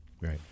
Right